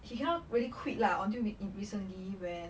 he cannot really quit lah until in recently when